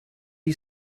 you